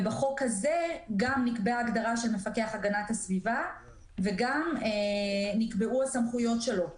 ובחוק הזה גם נקבעה הגדרה של מפקח הגנת הסביבה וגם נקבעו הסמכויות שלו,